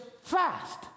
fast